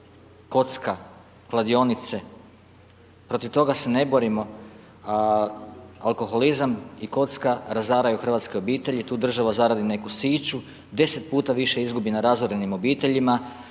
kocka, kladionice, protiv toga se ne borimo. Alkoholizam i kocka razaraju hrvatske obitelji, tu država zaradi neku siću, 10 puta više izgubi na razorenim obiteljima,